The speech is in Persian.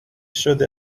شده